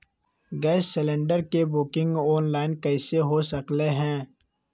Gas cylinder के booking online कईसे हो सकलई ह?